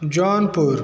Jaunpur